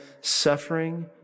suffering